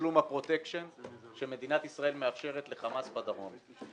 לתשלום הפרוטקשן שמדינת ישראל מאפשרת לחמאס בדרום.